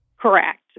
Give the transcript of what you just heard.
Correct